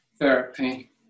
therapy